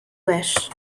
wish